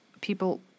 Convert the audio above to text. people